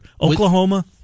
Oklahoma